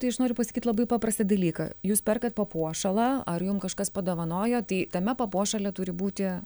tai aš noriu pasakyt labai paprastą dalyką jūs perkat papuošalą ar jum kažkas padovanojo tai tame papuošale turi būti